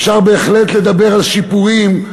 אפשר בהחלט לדבר על שיפורים,